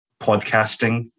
podcasting